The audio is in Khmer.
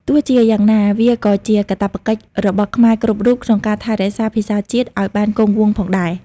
ទោះជាយ៉ាងណា វាក៏ជាកាតព្វកិច្ចរបស់ខ្មែរគ្រប់រូបក្នុងការថែរក្សាភាសាជាតិឱ្យបានគង់វង្សផងដែរ។